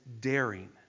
daring